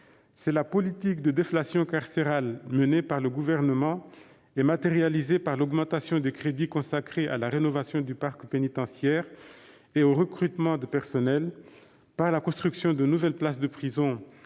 C'est la politique de déflation carcérale, menée par le Gouvernement et matérialisée par l'augmentation des crédits consacrés à la rénovation du parc pénitentiaire et au recrutement de personnel, par la construction de nouvelles places de prison